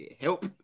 Help